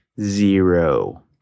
Zero